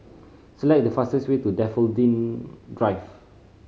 select the fastest way to Daffodil Drive